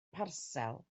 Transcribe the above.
parsel